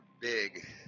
big